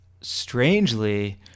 strangely